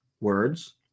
words